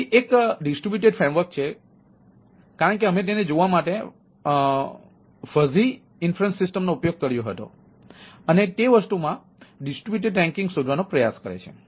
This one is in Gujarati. તેથીતેથી એક વિતરિત ફ્રેમવર્ક શોધવાનો પ્રયાસ કરે છે